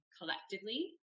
collectively